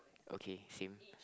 okay same